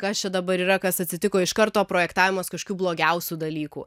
kas čia dabar yra kas atsitiko iš karto projektavimas kažkių blogiausių dalykų